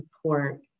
support